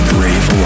Brave